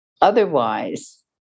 Otherwise